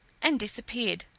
and disappeared.